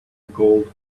gold